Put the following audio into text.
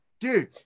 Dude